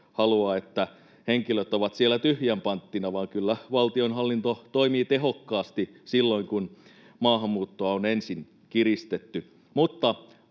että henkilöt ovat siellä tyhjän panttina, vaan kyllä valtionhallinto toimii tehokkaasti silloin, kun maahanmuuttoa on ensin kiristetty.